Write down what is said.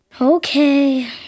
Okay